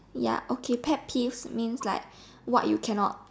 ya okay pet peeves means like what you cannot